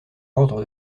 ordre